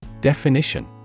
Definition